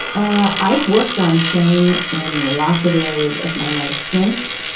i've worked on shame in lots of areas of my life since.